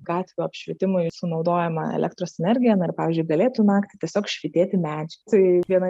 gatvių apšvietimui sunaudojamą elektros energiją na ir pavyzdžiui galėtų naktį tiesiog švytėti medžiai tai viena